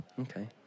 Okay